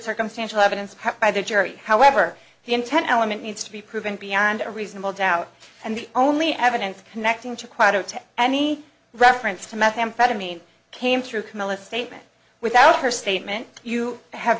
circumstantial evidence by the jury however the intent element needs to be proven beyond a reasonable doubt and the only evidence connecting to quote any reference to methamphetamine came through camillus statement without her statement you have